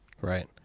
Right